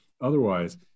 otherwise